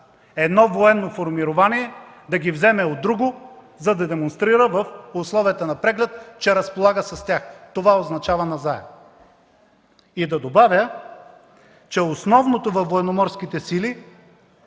едно военно формирование да ги вземе от друго, за да демонстрира в условията на преглед, че разполага с тях. Това означава „назаем“. И да добавя, че основното, с което се